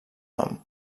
nom